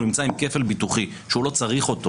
נמצא עם כפל ביטוחי שהוא לא צריך אותו.